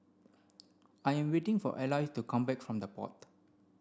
I am waiting for Eloise to come back from The Pod